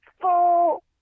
full